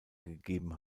gegeben